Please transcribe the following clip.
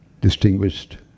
Distinguished